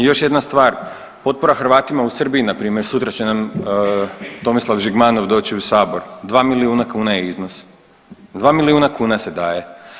Još jedna stvar potpora Hrvatima u Srbiji npr., sutra će nam Tomislav Žigmanov doć u sabor, 2 milijuna kuna je iznos, 2 milijuna kuna se daje.